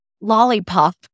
lollipop